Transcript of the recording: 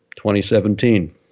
2017